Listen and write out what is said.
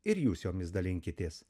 ir jūs jomis dalinkitės